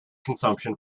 consumption